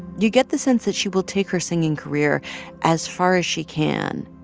you get the sense that she will take her singing career as far as she can.